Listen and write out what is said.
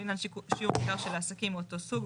לעניין שיעור ניכר של העסקים מאותו סוג,